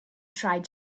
tried